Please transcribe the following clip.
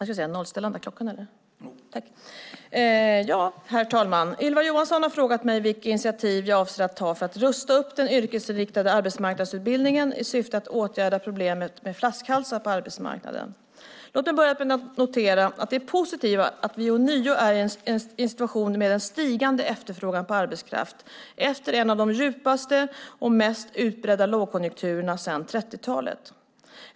Herr talman! Ylva Johansson har frågat mig vilka initiativ jag avser att ta för att rusta upp den yrkesinriktade arbetsmarknadsutbildningen i syfte att åtgärda problemet med flaskhalsar på arbetsmarknaden. Låt mig börja med att notera det positiva i att vi ånyo är i en situation med en stigande efterfrågan på arbetskraft efter en av de djupaste och mest utbredda lågkonjunkturerna sedan 30-talet.